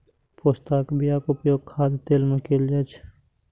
पोस्ताक बियाक उपयोग खाद्य तेल मे कैल जाइ छै